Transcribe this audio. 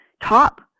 top